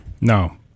No